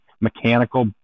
mechanical